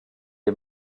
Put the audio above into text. est